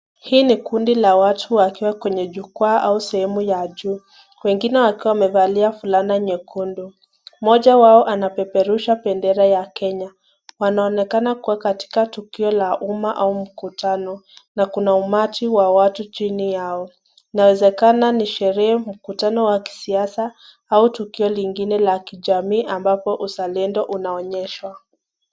Hii ni kundi la watu wakiwa kwenye jukwaa au sehemu ya juu, wengine wakiwa wamevalia fulana nyekundu. Mmoja wao anapeperusha bendera ya Kenya. Wanaonekana kuwa katika tukio la umma au mkutano na kuna umati wa watu chini yao. Inawezekana ni sherehe, mkutano wa kisiasa au tukio lingine la kijamii, ambapo uzalendo unaonyeshwa.